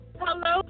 Hello